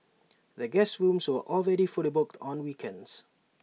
the guest rooms are already fully booked on weekends